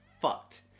Fucked